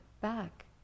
back